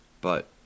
But